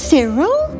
Cyril